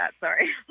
Sorry